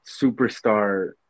superstar